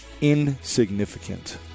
insignificant